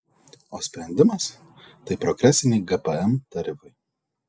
o sprendimas tai progresiniai gpm tarifai